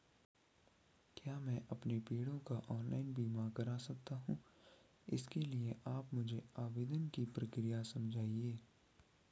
क्या मैं अपने पेड़ों का ऑनलाइन बीमा करा सकता हूँ इसके लिए आप मुझे आवेदन की प्रक्रिया समझाइए?